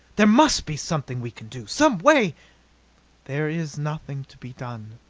there must be something we can do some way there is nothing to be done.